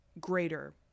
greater